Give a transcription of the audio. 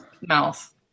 mouth